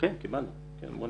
כן, קיבלנו מהאוצר.